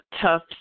tough